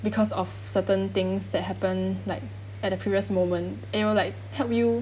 because of certain things that happen like at a previous moment it will like help you